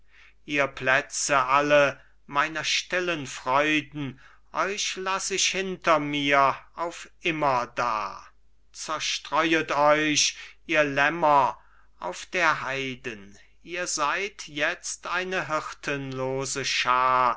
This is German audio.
ihr plätze alle meiner stillen freuden euch laß ich hinter mir auf immerdar zerstreuet euch ihr lämmer auf der heiden ihr seid jetzt eine hirtenlose schar